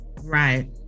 right